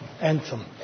anthem